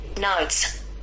Notes